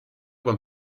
beim